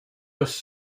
was